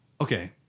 okay